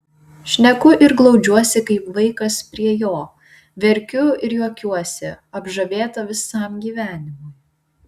šneku ir glaudžiuosi kaip vaikas prie jo verkiu ir juokiuosi apžavėta visam gyvenimui